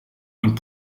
und